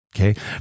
Okay